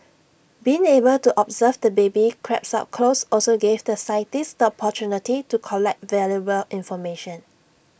being able to observe the baby crabs up close also gave the scientists the opportunity to collect valuable information